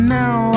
now